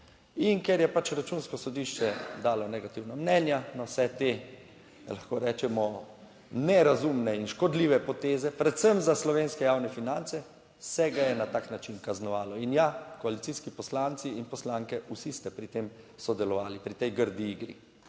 in ker je pač Računsko sodišče dalo negativna mnenja na vse te, lahko rečemo, **100. TRAK: (JJ) – 17.15** (nadaljevanje) nerazumne in škodljive poteze, predvsem za slovenske javne finance, se ga je na tak način kaznovalo in ja, koalicijski poslanci in poslanke, vsi ste pri tem sodelovali pri tej grdi igri.